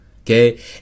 okay